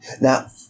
Now